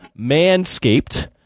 Manscaped